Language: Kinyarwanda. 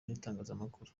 n’itangazamakuru